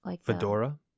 Fedora